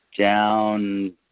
down